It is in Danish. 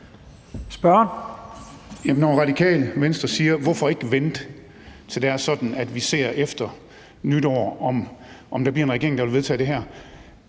Radikale Venstre siger: Hvorfor ikke vente, til det er sådan, at vi efter nytår ser, om der bliver en regering, der vil vedtage det her?